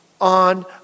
on